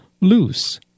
loose